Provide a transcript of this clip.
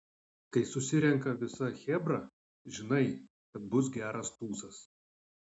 kai susirenka visa chebra žinai kad bus geras tūsas